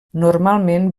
normalment